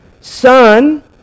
son